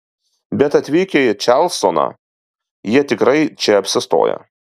bet atvykę į čarlstoną jie tikrai čia apsistoja